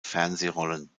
fernsehrollen